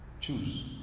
Choose